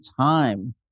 time